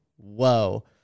whoa